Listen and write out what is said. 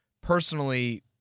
personally